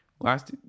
last